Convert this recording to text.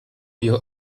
your